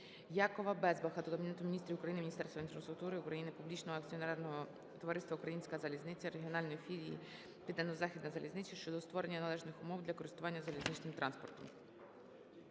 Якова Безбаха до Кабінету Міністрів України, Міністерства інфраструктури України, Публічного акціонерного товариства "Українська залізниця", Регіональної філії "Південно-Західна залізниця" щодо створення належних умов для користування залізничним транспортом.